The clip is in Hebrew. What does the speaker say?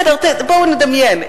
בסדר, בואו נדמיין.